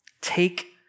take